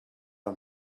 him